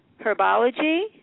Herbology